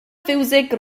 fiwsig